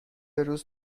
روز